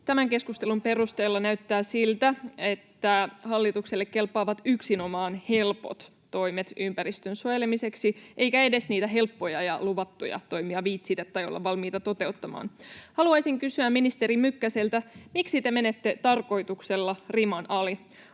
tämän keskustelun perusteella näyttää siltä, että hallitukselle kelpaavat yksinomaan helpot toimet ympäristön suojelemiseksi, eikä edes niitä helppoja ja luvattuja toimia viitsitä tai olla valmiita toteuttamaan. Haluaisin kysyä ministeri Mykkäseltä: Miksi te menette tarkoituksella riman ali?